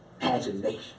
Imagination